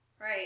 Right